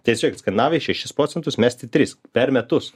tiesiog skandinavai šešis procentus mes tik tris per metus